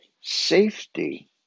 safety